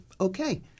okay